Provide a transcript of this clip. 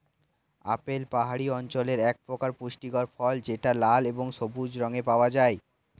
apple পাহাড়ি অঞ্চলের একপ্রকার পুষ্টিকর ফল যেটা লাল এবং সবুজ রঙে পাওয়া যায়